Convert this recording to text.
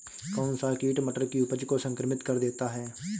कौन सा कीट मटर की उपज को संक्रमित कर देता है?